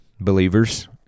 believers